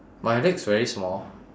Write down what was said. my legs very small